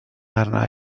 arna